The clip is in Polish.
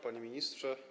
Panie Ministrze!